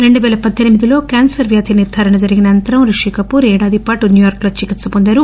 రెండువేల పద్దెనిమిది లో క్యాన్పర్ వ్యాధి నిర్గారణ జరిగిన అనంతరం రిషి కపూర్ ఏడాదిపాటు న్యూయార్కో చికిత్స వొందారు